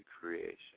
creation